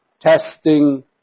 testing